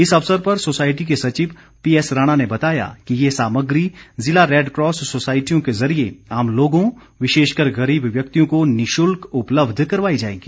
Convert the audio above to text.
इस अवसर पर सोसायटी के सचिव पीएस राणा ने बताया कि ये सामग्री ज़िला रैडक़ॉस सोसायटियों के जरिए आम लोगों विशेषकर गरीब व्यक्तियों को निशुल्क उपलब्ध करवाई जाएगी